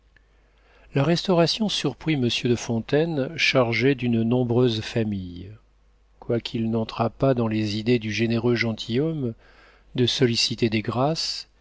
la restauration surprit monsieur de fontaine chargé d'une nombreuse famille quoiqu'il n'entrât pas dans les idées du généreux gentilhomme de solliciter des grâces